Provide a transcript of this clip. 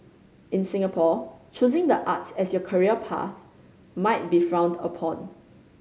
in Singapore choosing the arts as your career path might be frowned upon